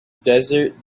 desert